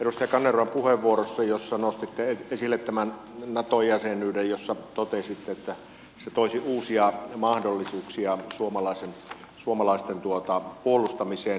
edustaja kanervan puheenvuorossa jossa nostitte esille tämän nato jäsenyyden ja totesitte että se toisi uusia mahdollisuuksia suomalaisten puolustamiseen